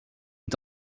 est